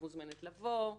את מוזמנת לבוא ולהשמיע.